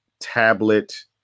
tablet